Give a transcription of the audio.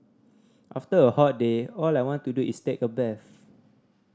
after a hot day all I want to do is take a bath